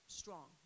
strong